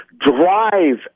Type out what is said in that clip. drive